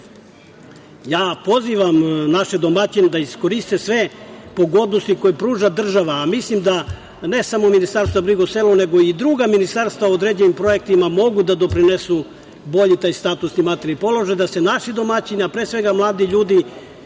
pozivam naše domaćine da iskoriste sve pogodnosti koje pruža država, a mislim da ne samo Ministarstvo za brigu o selu nego i druga ministarstva u određenim projektima mogu da doprinesu bolji taj statusni materijalni položaj, da se naši domaćini, a pre svega mladi ljudi,